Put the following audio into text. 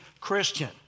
Christian